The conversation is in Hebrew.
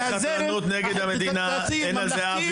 זה הזרם הפרטי ממלכתי --- לא תהיה חתרנות נגד המדינה,